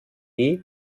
ist